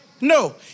No